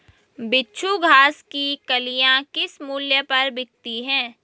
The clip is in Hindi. बिच्छू घास की कलियां किस मूल्य पर बिकती हैं?